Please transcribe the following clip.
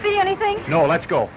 see anything go let's go